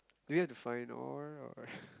do we have to find all or